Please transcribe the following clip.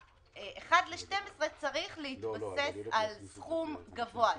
ה-1/12 צריך להתבסס על סכום גבוה יותר.